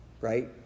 Right